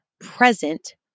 present